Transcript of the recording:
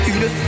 Une